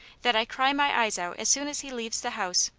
that i cry my eyes out as soon as he leaves the house.